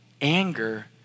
Anger